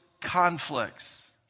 conflicts